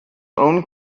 own